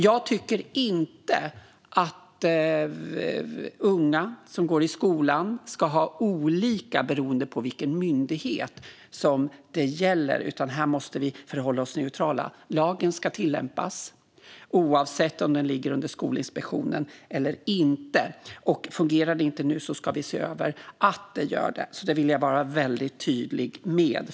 Jag tycker inte att unga som går i skolan ska ha det olika beroende på vilken myndighet som det gäller. Här måste vi förhålla oss neutrala. Lagen ska tillämpas oavsett om den ligger under Skolinspektionen eller inte. Fungerar det inte nu ska vi se över så att det gör det. Det vill jag vara väldigt tydlig med.